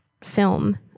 film